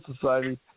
Society